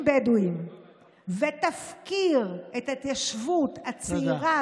בדואיים ותפקיר את ההתיישבות הצעירה,